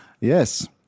Yes